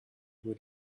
with